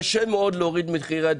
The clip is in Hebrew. קשה מאוד להוריד מחירי דיור,